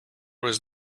was